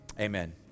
amen